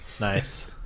Nice